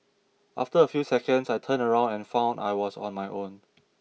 after a few seconds I turned around and found I was on my own